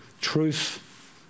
truth